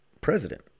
president